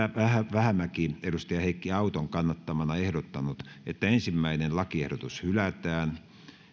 vähämäki heikki auton kannattamana ehdottanut että ensimmäinen lakiehdotus hylätään